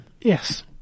Yes